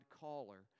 caller